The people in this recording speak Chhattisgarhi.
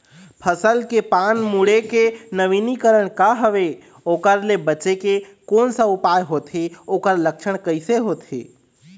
फसल के पान मुड़े के नवीनीकरण का हवे ओकर ले बचे के कोन सा उपाय होथे ओकर लक्षण कैसे होथे?